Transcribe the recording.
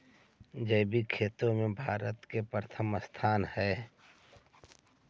जैविक खेती में भारत के प्रथम स्थान हई